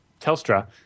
telstra